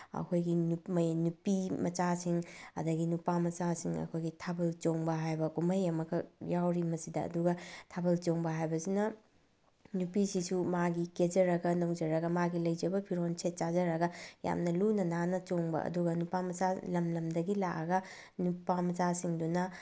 ꯑꯩꯈꯣꯏꯒꯤ ꯅꯨꯄꯤꯃꯆꯥꯁꯤꯡ ꯑꯗꯒꯤ ꯅꯨꯄꯥꯃꯆꯥꯁꯤꯡ ꯑꯩꯈꯣꯏꯒꯤ ꯊꯥꯕꯜ ꯆꯣꯡꯕ ꯍꯥꯏꯕ ꯀꯨꯝꯍꯩ ꯑꯃꯈꯛ ꯌꯥꯎꯔꯤ ꯃꯁꯤꯗ ꯑꯗꯨꯒ ꯊꯥꯕꯜ ꯆꯣꯡꯕ ꯍꯥꯏꯕꯁꯤꯅ ꯅꯨꯄꯤꯁꯤꯁꯨ ꯃꯥꯒꯤ ꯀꯦꯖꯔꯒ ꯅꯧꯖꯔꯒ ꯃꯥꯒꯤ ꯂꯩꯖꯕ ꯐꯤꯔꯣꯜ ꯁꯦꯠ ꯆꯥꯖꯔꯒ ꯌꯥꯝꯅ ꯂꯨꯅ ꯅꯥꯟꯅ ꯆꯣꯡꯕ ꯑꯗꯨꯒ ꯅꯨꯄꯥꯃꯆꯥ ꯂꯝ ꯂꯝꯗꯒꯤ ꯂꯥꯛꯑꯒ ꯅꯨꯄꯥꯃꯆꯥꯁꯤꯡꯗꯨꯅ